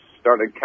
started